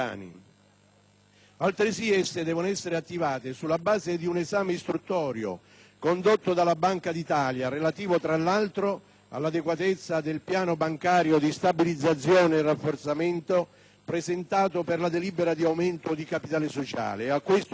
Altresì, esse devono essere attivate sulla base di un esame istruttorio condotto dalla Banca d'Italia, relativo, tra l'altro, all'adeguatezza del piano bancario di stabilizzazione e rafforzamento presentato per la delibera di aumento del capitale sociale.